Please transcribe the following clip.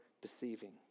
deceiving